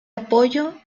apoyo